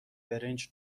برنج